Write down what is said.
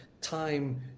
time